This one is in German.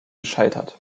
gescheitert